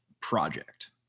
project